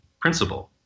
principle